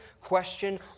question